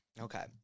Okay